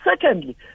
Secondly